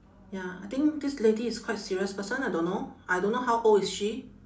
ya I think this lady is quite serious person I don't know I don't know how old is she